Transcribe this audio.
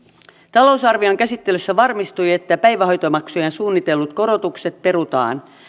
talousarvion käsittelyssä varmistui että päivähoitomaksujen suunnitellut korotukset perutaan